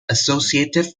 associative